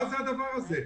מה זה הדבר הזה?